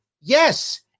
Yes